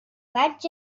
vaig